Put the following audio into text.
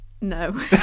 No